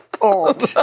old